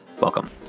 Welcome